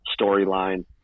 storyline